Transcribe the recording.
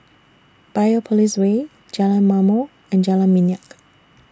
Biopolis Way Jalan Ma'mor and Jalan Minyak